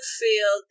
feel